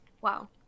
Wow